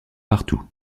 partout